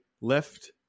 left